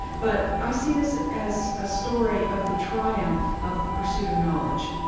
but i see this as a story of the triumph of the pursuit of knowledge.